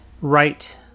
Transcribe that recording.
right